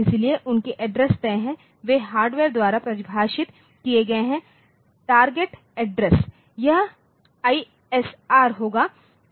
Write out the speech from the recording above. इसलिए उनके एड्रेस तय हैं वे हार्डवेयर द्वारा परिभाषित किए गए हैं टारगेट एड्रेस यह आईएसआरहोगा वह पता तय है